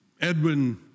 Edwin